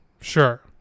sure